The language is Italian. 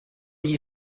gli